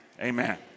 amen